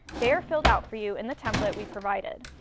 they're filled out for you in the template we provided.